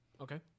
Okay